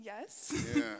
Yes